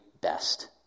best